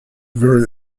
very